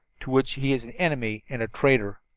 to which he is an enemy and a traitor.